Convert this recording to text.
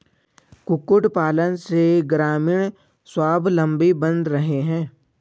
कुक्कुट पालन से ग्रामीण स्वाबलम्बी बन रहे हैं